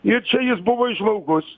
ir čia jis buvo įžvalgus